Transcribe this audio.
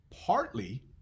partly